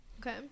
Okay